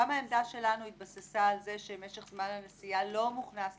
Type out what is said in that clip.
העמדה שלנו התבססה על זה שמשך זמן הנסיעה לא מוכנס בתקנות,